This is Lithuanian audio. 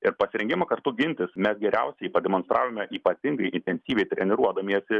ir pasirengimą kartu gintis mes geriausiai pademonstravome ypatingai intensyviai treniruodamiesi